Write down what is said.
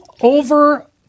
over